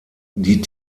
die